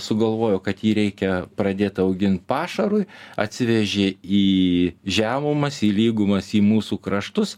sugalvojo kad jį reikia pradėt augint pašarui atsivežė į žemumas į lygumas į mūsų kraštus